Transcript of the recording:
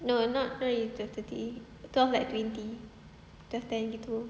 no not really twelve thirty twelve like twenty twelve ten gitu